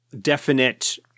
definite